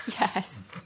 Yes